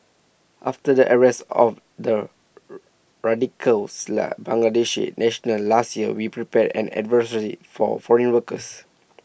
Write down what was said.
after the arrest of the Bangladeshi nationals last year we prepared an advisory for foreign workers